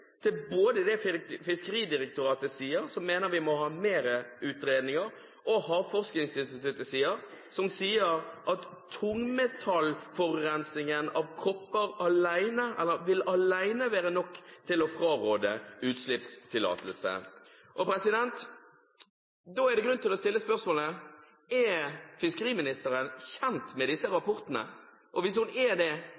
til både det Fiskeridirektoratet sier, som mener vi må ha flere utredninger, og det Havforskningsinstituttet sier, at tungmetallforurensingen av kopper alene vil være nok til å fraråde utslippstillatelse. Da er det grunn til å stille spørsmålet: Er fiskeriministeren kjent med disse